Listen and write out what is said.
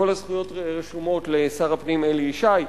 כל הזכויות רשומות לשר הפנים אלי ישי.